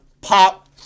pop